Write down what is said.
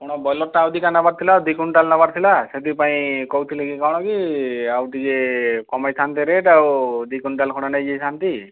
ଆପଣ ବ୍ରଏଲରଟା ଆଉ ଦୁଇଟା ନବାରଥିଲା ଦୁଇକୁଇଣ୍ଟାଲ ନବାର ଥିଲା ସେଥିପାଇଁ କହୁଥିଲି କ'ଣ କି ଆଉ ଟିକିଏ କମେଇ ଥାନ୍ତେ ରେଟ୍ ଆଉ ଦୁଇକୁଇଣ୍ଟାଲ ଖଣ୍ଡେ ନେଇଯାଇଥାନ୍ତି